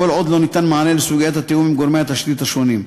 כל עוד לא ניתן מענה לסוגיית התיאום עם גורמי התשתית השונים.